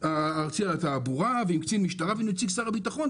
הארצי על התעבורה ועם קצין משטרה ועם נציג שר הביטחון,